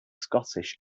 scottish